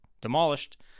demolished